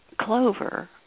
Clover